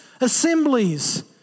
assemblies